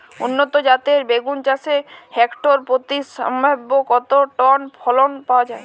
উন্নত জাতের বেগুন চাষে হেক্টর প্রতি সম্ভাব্য কত টন ফলন পাওয়া যায়?